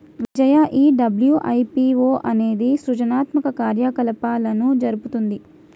విజయ ఈ డబ్ల్యు.ఐ.పి.ఓ అనేది సృజనాత్మక కార్యకలాపాలను జరుపుతుంది